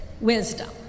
wisdom